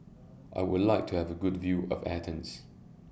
I Would like to Have A Good View of Athens